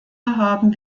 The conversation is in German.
haben